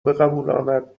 بقبولاند